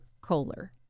Kohler